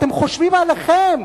אתם חושבים עליכם,